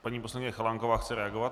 Paní poslankyně Chalánková chce reagovat.